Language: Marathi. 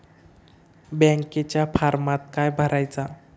बँकेच्या फारमात काय भरायचा?